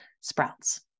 sprouts